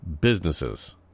businesses